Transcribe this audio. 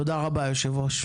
תודה רבה היו"ר.